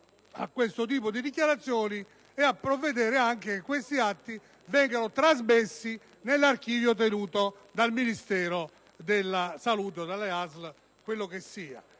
a questo tipo di dichiarazioni e a provvedere anche che questi atti vengano trasmessi nell'archivio tenuto dal Ministero della salute o dalle ASL. Dunque questa